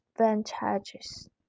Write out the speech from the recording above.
advantages